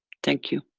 thank you.